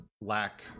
lack